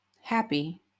Happy